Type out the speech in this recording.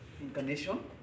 incarnation